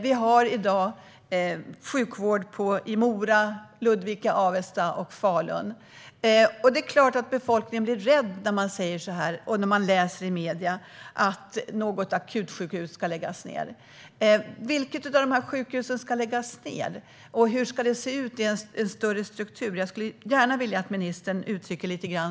Vi har i dag sjukvård i Mora, Ludvika, Avesta och Falun. Det är klart att befolkningen blir rädd när man hör någon säga eller läser i medierna att ett akutsjukhus ska läggas ned. Vilket av sjukhusen ska läggas ned? Hur ska det se ut i en större struktur? Jag vill gärna att ministern säger något om detta.